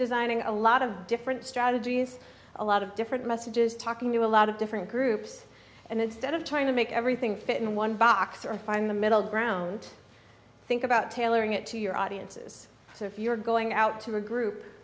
designing a lot of different strategies a lot of different messages talking to a lot of different groups and instead of trying to make everything fit in one box or find the middle ground think about tailoring it to your audiences so if you're going out to a group